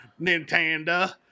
Nintendo